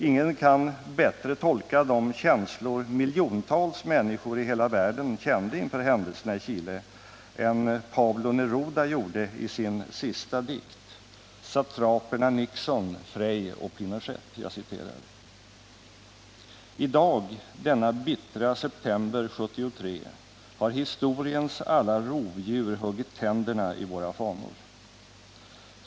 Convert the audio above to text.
Ingen kan bättre tolka de känslor miljontals människor i hela världen kände inför händelserna i Chile än Pablo Neruda gjorde i sin sista dikt, Satraperna Nixon, Frei och Pinochet: har historiens alla rovdjur huggit tänderna i våra fanor.